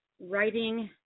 writing